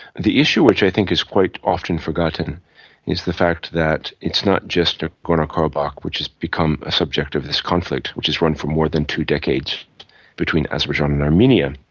the issue which i think is quite often forgotten is the fact that it's not just ah nagorno-karabakh which has become a subject of this conflict, which has run for more than two decades between azerbaijan and armenia.